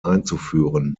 einzuführen